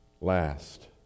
Last